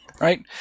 Right